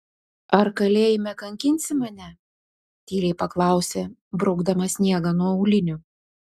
ar kalėjime kankinsi mane tyliai paklausė braukdama sniegą nuo aulinių